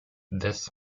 this